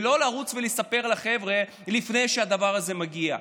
ולא לרוץ ולספר לחבר'ה לפני שהדבר הזה מגיע.